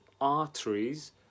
arteries